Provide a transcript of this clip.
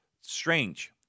Strange